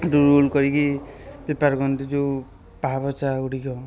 ଦୁଲ କରିକି ପ୍ରିପେୟାର୍ କରନ୍ତି ଯେଉଁ ପାପୋଛା ଗୁଡ଼ିକ